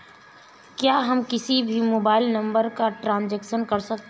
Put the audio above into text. क्या हम किसी भी मोबाइल नंबर का ट्रांजेक्शन कर सकते हैं?